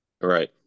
right